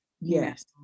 Yes